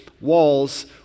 walls